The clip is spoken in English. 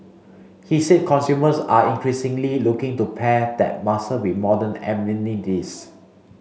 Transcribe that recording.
he said consumers are increasingly looking to pair that muscle with modern amenities